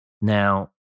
Now